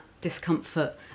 discomfort